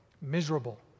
Miserable